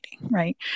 right